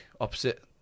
opposite